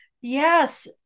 Yes